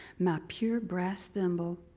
my pure brass thimble,